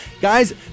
Guys